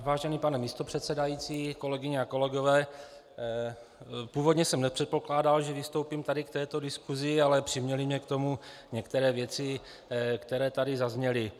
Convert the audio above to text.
Vážený pane místopředsedo, kolegyně a kolegové, původně jsem nepředpokládal, že vystoupím tady v této diskusi, ale přiměly mě k tomu některé věci, které tady zazněly.